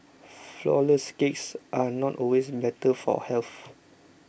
Flourless Cakes are not always better for health